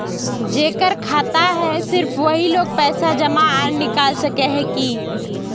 जेकर खाता है सिर्फ वही लोग पैसा जमा आर निकाल सके है की?